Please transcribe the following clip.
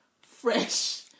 fresh